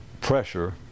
pressure